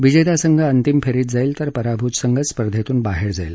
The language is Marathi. विजेता संघ अंतिम फेरीत जाईल तर पराभूत संघ स्पर्धेतून बाहेर जाईल